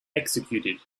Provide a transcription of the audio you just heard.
executed